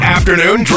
Afternoon